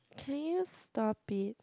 can you stop it